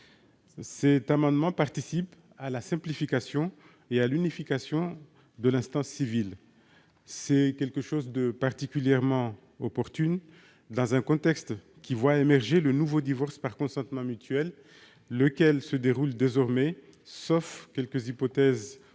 Cet amendement participe de la volonté de simplification et d'unification de l'instance civile. Cette disposition est particulièrement opportune dans un contexte qui voit émerger le nouveau divorce par consentement mutuel, lequel se déroule désormais, hors quelques hypothèses